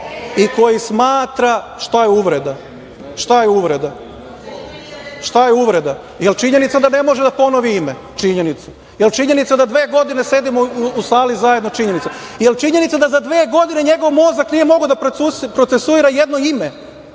i koji smatra…Šta je uvreda? Šta je uvreda? Da li je činjenica da ne može da ponovi ime? Činjenica. Da li je činjenica da dve godine sedimo u sali zajedno? Činjenica. Da li je činjenica da za dve godine njegov mozak nije mogao da procesuira jedno ime,